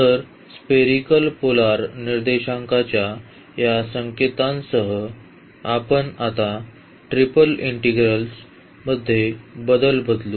तर spherical polar निर्देशांकाच्या या संकेतांसह आपण आता ट्रिपल इंटीग्रल मध्ये बदल बदलू